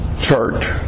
church